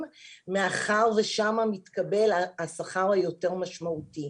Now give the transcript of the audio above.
מאחר ושם מתקבל השכר היותר משמעותי.